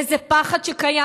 וזה פחד שקיים.